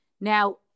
Now